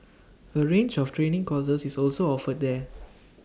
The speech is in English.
A range of training courses is also offered there